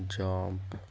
jump